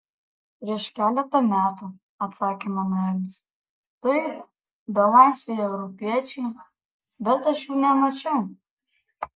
prieš keletą metų atsakė manuelis taip belaisviai europiečiai bet aš jų nemačiau